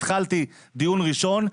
התחלתי דיון ראשון.